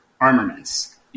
armaments